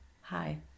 hi